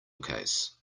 case